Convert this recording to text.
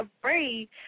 afraid